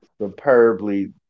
superbly